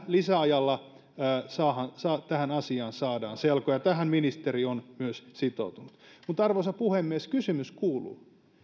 lisäajalla tähän asiaan saadaan selko ja tähän ministeri on myös sitoutunut arvoisa puhemies kysymys kuuluu